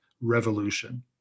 revolution